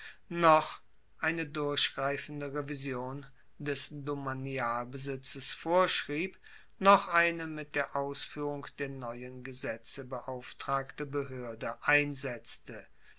noch eine durchgreifende revision des domanialbesitzes vorschrieb noch eine mit der ausfuehrung der neuen gesetze beauftragte behoerde einsetzte